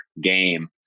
game